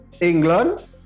England